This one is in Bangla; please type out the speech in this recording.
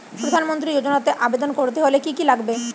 প্রধান মন্ত্রী যোজনাতে আবেদন করতে হলে কি কী লাগবে?